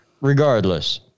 Regardless